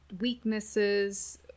weaknesses